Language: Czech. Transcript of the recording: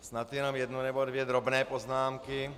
Snad jenom jednu nebo dvě drobné poznámky.